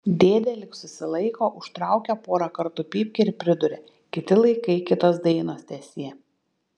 dėdė lyg susilaiko užtraukia porą kartų pypkę ir priduria kiti laikai kitos dainos teesie